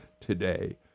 today